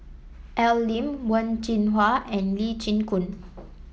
Al Lim Wen Jinhua and Lee Chin Koon